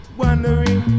wondering